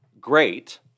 great